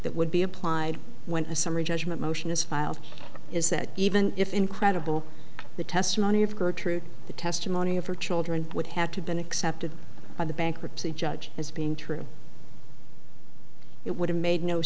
that would be applied when a summary judgment motion is filed is that even if incredible the testimony of gertrude the testimony of her children would have to been accepted by the bankruptcy judge as being true it would have made no